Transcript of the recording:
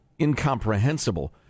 incomprehensible